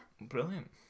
Brilliant